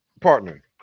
partner